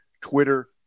Twitter